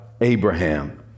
Abraham